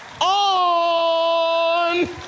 on